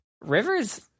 rivers